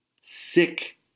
sick